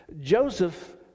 Joseph